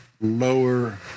lower